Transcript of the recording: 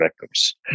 victims